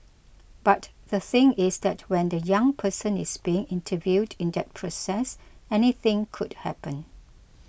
but the thing is that when the young person is being interviewed in that process anything could happen